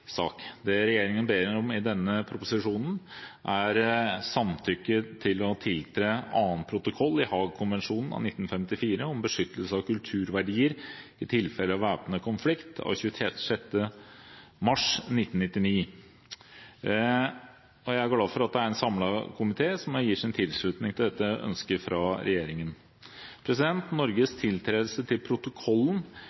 Det regjeringen ber om i denne proposisjonen, er samtykke til å tiltre annen protokoll til Haag-konvensjonen av 1954 om beskyttelse av kulturverdier i tilfelle av væpnet konflikt av 26. mars 1999. Jeg er glad for at det er en samlet komité som her gir sin tilslutning til dette ønsket fra regjeringen. Norges